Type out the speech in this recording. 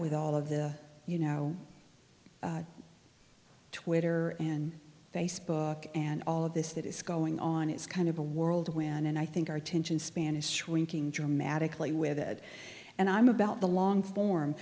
with all of the you know twitter and facebook and all of this that is going on it's kind of a world when and i think our attention span is shrinking dramatically with it and i'm about the long form